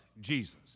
Jesus